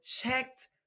checked